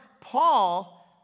Paul